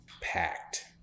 packed